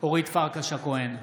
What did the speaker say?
אורית פרקש הכהן,